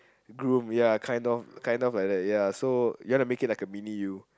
groom ya kind of kind of like that ya so you wanna make it like a mini you